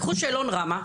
לקחו שאלון ראמ"ה,